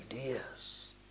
ideas